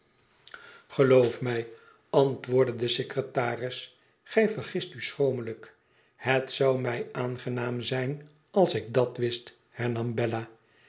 geloof mij antwoordde de secretaris gij vergist u schromelijk ihet zou mij aangenaam zijn als ik dat wist hernam bella